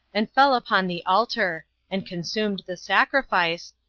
and fell upon the altar, and consumed the sacrifice,